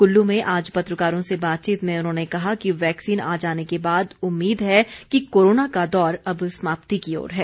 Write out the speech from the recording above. कुल्लू में आज पत्रकारों से बातचीत में उन्होंने कहा कि वैक्सीन आ जाने के बाद उम्मीद है कि कोरोना का दौर अब समाप्ति की ओर है